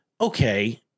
okay